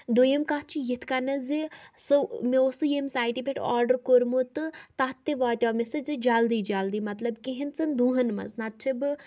دوٚیُم کَتھ چھِ یتھ کَنہٕ زِ مےٚ اوس سُہ ییٚمہِ سایٹہِ پٮ۪ٹھ آرڈر کوٚرمت تہٕ تَتھ تہِ واتیٚو مےٚ سُہ جلدی جلدی مطلب کینژن دۄہَن منٛز نہ تہٕ چھُ بہٕ